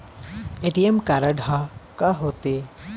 ATM card हा का होते?